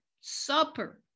supper